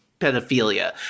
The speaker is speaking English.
pedophilia